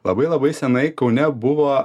labai labai senai kaune buvo